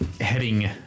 heading